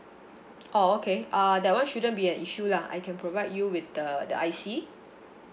oh okay uh that [one] shouldn't be an issue lah I can provide you with the the I_C